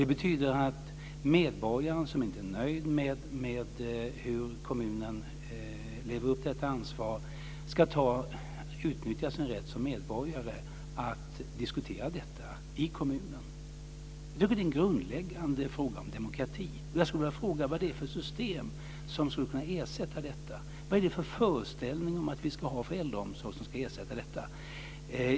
Det betyder att den medborgare som inte är nöjd med hur kommunen lever upp till detta ansvar ska utnyttja sin rätt som medborgare att diskutera detta i kommunen. Det är en grundläggande fråga om demokrati. Jag skulle vilja fråga vad det är för system som skulle kunna ersätta detta. Vad är det för föreställning om äldreomsorgen som gör att vi ska ersätta detta?